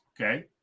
Okay